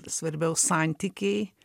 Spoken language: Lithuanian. svarbiau santykiai